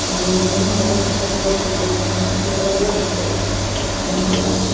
आनी म्हणून म्हाका तें मातशें नवें दिसलें आनी कितें वेगळें दिसलें आनी